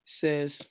Says